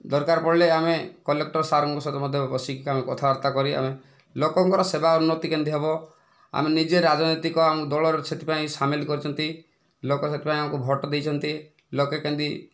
ଦରକାର ପଡ଼ିଲେ ଆମେ କଲେକ୍ଟର ସାର୍ଙ୍କ ସହିତ ମଧ୍ୟ ବସିକି ଆମେ କଥାବାର୍ତ୍ତା କରି ଆମେ ଲୋକଙ୍କର ସେବା ଉନ୍ନତି କେମିତି ହେବ ଆମେ ନିଜେ ରାଜନୈତିକ ଆମ ଦଳରେ ସେଥିପାଇଁ ସାମିଲ କରିଛନ୍ତି ଲୋକ ସେଥିପାଇଁ ଆମକୁ ଭୋଟ ଦେଇଛନ୍ତି ଲୋକେ କେମିତି